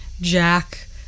Jack